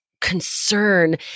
concern